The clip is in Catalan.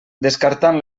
descartant